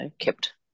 kept